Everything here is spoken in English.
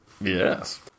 Yes